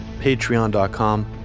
patreon.com